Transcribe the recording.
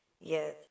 Yes